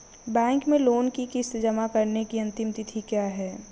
Bank में loan की किश्त जमा कराने की अंतिम तिथि क्या है?